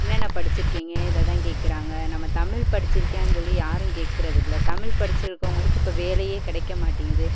என்னென்ன படிச்சிருக்கீங்கள் இதை தான் கேட்குறாங்க நம்ம தமிழ் படிச்சிருக்கியான்னு சொல்லி யாரும் கேட்கறதில்ல தமிழ் படிக்கிறவங்களுக்கு இப்போ வேலையே கிடைக்கமாட்டிங்குது